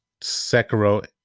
Sekiro